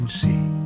see